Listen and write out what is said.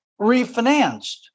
refinanced